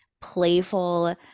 playful